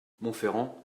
monferrand